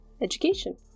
education